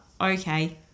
Okay